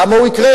למה הוא יקרה?